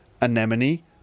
anemone